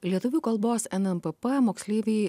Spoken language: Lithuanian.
lietuvių kalbos nmpp moksleiviai